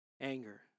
anger